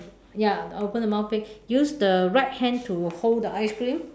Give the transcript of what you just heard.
ya open the mouth big use the right hand to hold the ice cream